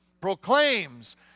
proclaims